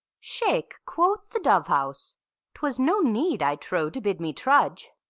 shake, quoth the dove-house twas no need, i trow, to bid me trudge.